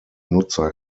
nutzer